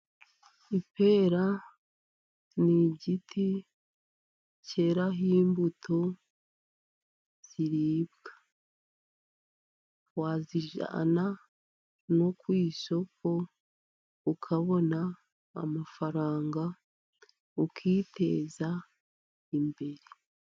Ipera ni igiti cyeraho imbuto ziribwa. Wazijyana no ku isoko, ukabona amafaranga, ukiteza imbere.